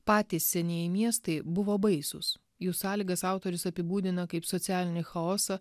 patys senieji miestai buvo baisūs jų sąlygas autorius apibūdina kaip socialinį chaosą